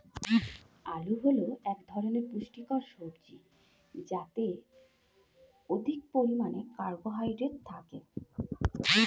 আলু হল এক ধরনের পুষ্টিকর সবজি যাতে অধিক পরিমাণে কার্বোহাইড্রেট থাকে